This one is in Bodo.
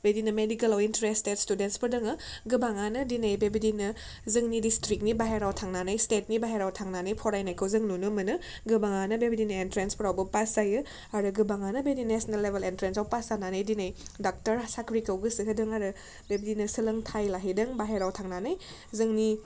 बिदिनो मेडिकोलाव इन्ट्रेस्टेट स्टुडेन्टसफोर दङो गोबाङानो दिनै बेबायदिनो जोंनि डिस्ट्रिक्टनि बाइहेरायाव थांनानै स्टेटनि बाइहेरायाव थांनानै फरायनायखौ जों नुनो मोनो गोबाङानो बेबायदिनो एन्ट्रेन्सफोरावबो पास जायो आरो गोबाङानो बेदि नेशनेल लेभेल एन्ट्रेन्सआव पास जानानै दिनै डाक्टर साख्रिखौ गोसो होदों आरो बेबदिनो सोलोंथाइ लाहैदों बाइहेरायाव थांनानै जोंनि